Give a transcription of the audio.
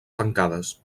tancades